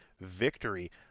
victory